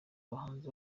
bahanzi